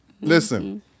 Listen